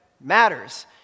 matters